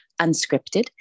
unscripted